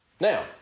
Now